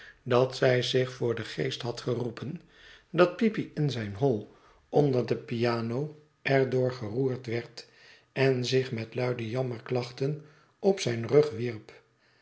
dat zij zich voor den geest had geroepen dat peepy in zijn hol onder de piano er door geroerd werd en zich met luide jammerklachten op zijn rug wierp